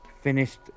finished